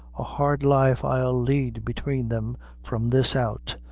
a hard life i'll lead between them from this out,